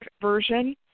version